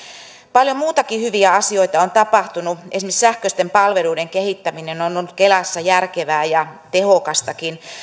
paljon muitakin hyviä asioita on tapahtunut esimerkiksi sähköisten palveluiden kehittäminen on on ollut kelassa järkevää ja tehokastakin